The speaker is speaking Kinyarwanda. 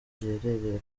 giherereye